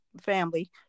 family